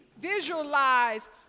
visualize